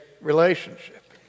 relationship